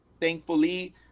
thankfully